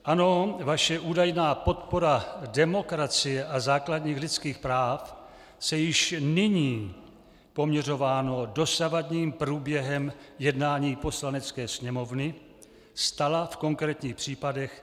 Ano, vaše údajná podpora demokracie a základních lidských práv se již nyní, poměřováno dosavadním průběhem jednání Poslanecké sněmovny, stala v konkrétních případech bezobsažnou floskulí.